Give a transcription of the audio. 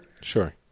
Sure